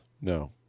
No